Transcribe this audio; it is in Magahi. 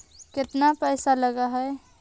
केतना पैसा लगय है?